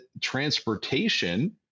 transportation